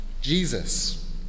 Jesus